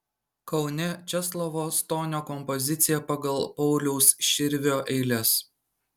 kaune česlovo stonio kompozicija pagal pauliaus širvio eiles